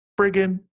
friggin